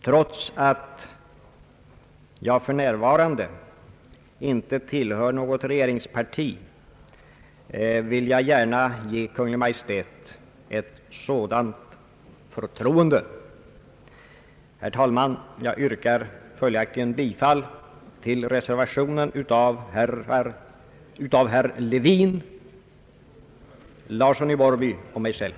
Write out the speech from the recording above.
Trots att jag för närvarande inte tillhör något regeringsparti, vill jag gärna ge Kungl. Maj:t ett sådant förtroende. Herr talman! Jag yrkar följaktligen bifall till reservationen av herr Levin, herr Larsson i Borrby och mig själv.